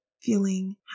feeling